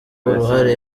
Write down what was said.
uruhare